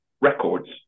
records